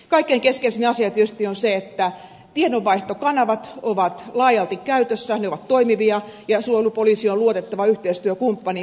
kaikkein keskeisin asia tietysti on se että tiedonvaihtokanavat ovat laajalti käytössä ne ovat toimivia ja suojelupoliisi on luotettava yhteistyökumppani